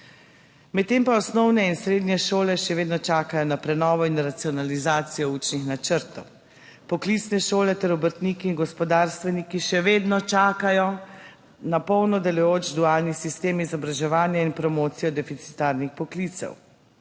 Medtem pa osnovne in srednje šole še vedno čakajo na prenovo in racionalizacijo učnih načrtov. Poklicne šole ter obrtniki in gospodarstveniki še vedno čakajo na polno delujoč dualni sistem izobraževanja in promocijo deficitarnih poklicev.